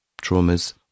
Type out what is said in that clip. traumas